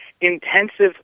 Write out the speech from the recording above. intensive